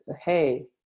Hey